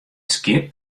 skip